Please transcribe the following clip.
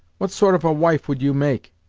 what sort of a wife would you make?